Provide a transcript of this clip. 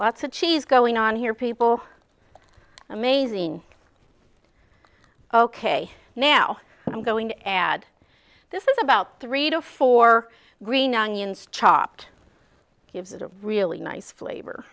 lots of cheese going on here people are amazing ok now i'm going to add this is about three to four green onions chopped gives it a really nice flavor